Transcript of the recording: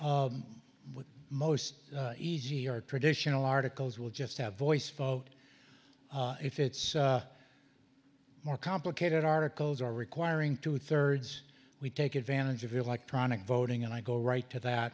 most easy or traditional articles we'll just have voice vote if it's more complicated articles are requiring two thirds we take advantage of electronic voting and i go right to that